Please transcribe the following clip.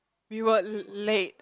we were late